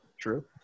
True